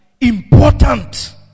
important